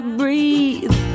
breathe